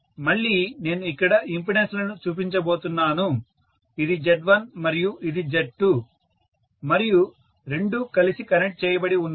మళ్ళీ నేను ఇక్కడ ఇంపెడెన్స్లను చూపించబోతున్నాను ఇది Z1మరియు ఇది Z2 మరియు రెండూ కలిసి కనెక్ట్ చేయబడి ఉన్నాయి